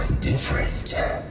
Different